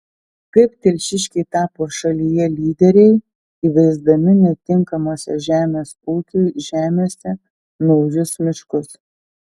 kaip telšiškiai tapo šalyje lyderiai įveisdami netinkamose žemės ūkiui žemėse naujus miškus